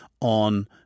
on